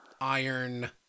iron